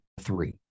Three